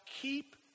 keep